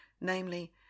namely